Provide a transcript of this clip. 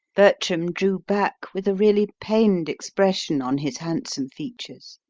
bertram drew back with a really pained expression on his handsome features.